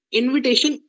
invitation